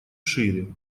шире